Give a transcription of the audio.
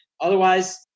Otherwise